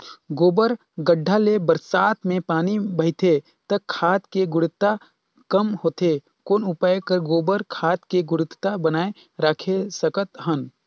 गोबर गढ्ढा ले बरसात मे पानी बहथे त खाद के गुणवत्ता कम होथे कौन उपाय कर गोबर खाद के गुणवत्ता बनाय राखे सकत हन?